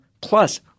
plus